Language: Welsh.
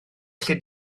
lle